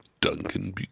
Duncan